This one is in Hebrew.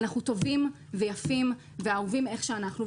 אנחנו טובים, יפים ואהובים איך שאנחנו.